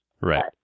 Right